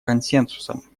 консенсусом